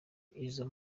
izo